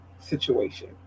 situation